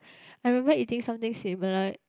I remember eating something similar